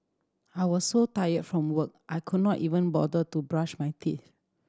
I was so tired from work I could not even bother to brush my teeth